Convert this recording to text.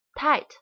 tight